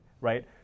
right